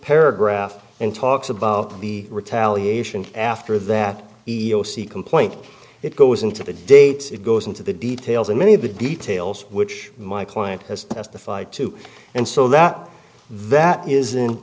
paragraph and talks about the retaliation after that we'll see complaint it goes into the dates it goes into the details and many of the details which my client has testified to and so that that isn't